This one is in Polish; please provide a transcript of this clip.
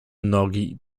nogi